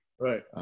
Right